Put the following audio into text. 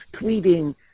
tweeting